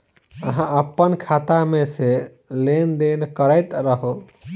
अहाँ अप्पन खाता मे सँ लेन देन करैत रहू?